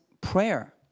prayer